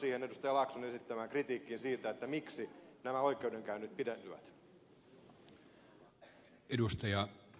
laakson esittämään kritiikkiin siitä miksi nämä oikeudenkäynnit pidentyvät